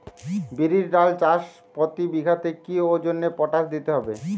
বিরির ডাল চাষ প্রতি বিঘাতে কি ওজনে পটাশ দিতে হবে?